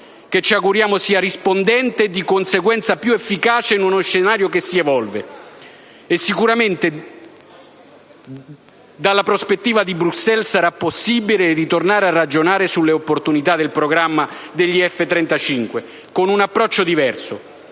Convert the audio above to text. che ci auguriamo sia più rispondente e, di conseguenza, più efficace in uno scenario che si evolve. E sicuramente, dalla prospettiva di Bruxelles sarà possibile ritornare a ragionare sulla opportunità del programma degli F-35 con un approccio diverso,